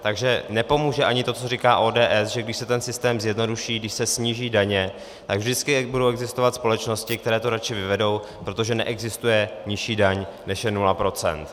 Takže nepomůže ani to, co říká ODS, že když se ten systém zjednoduší, když se sníží daně tak vždycky budou existovat společnosti, které to radši vyvedou, protože neexistuje nižší daň, než je nula procent.